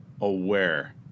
aware